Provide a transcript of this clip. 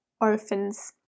orphans